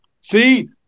See